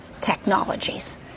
technologies